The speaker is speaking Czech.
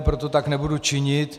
Proto tak nebudu činit.